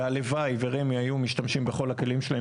והלוואי ורמ"י היו משתמשים בכל הכלים שלהם